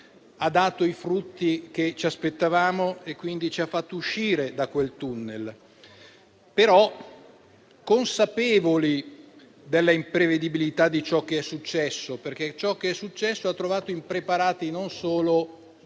ha dato i frutti che ci aspettavamo e che ci ha fatto uscire dal tunnel. Siamo però consapevoli dell'imprevedibilità di ciò che è successo, perché ciò che è successo ha trovato impreparati non solo